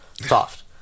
soft